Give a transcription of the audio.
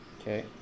Okay